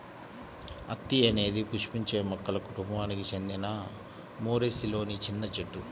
అత్తి అనేది పుష్పించే మొక్కల కుటుంబానికి చెందిన మోరేసిలోని చిన్న చెట్టు